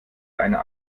einer